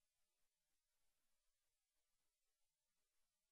גידול זה התבטא בעלייה של כ-330,000 במספר